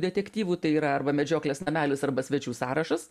detektyvų tai yra arba medžioklės namelis arba svečių sąrašas